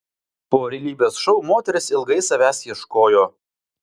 po realybės šou moteris ilgai savęs ieškojo